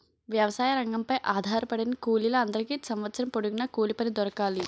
వ్యవసాయ రంగంపై ఆధారపడిన కూలీల అందరికీ సంవత్సరం పొడుగున కూలిపని దొరకాలి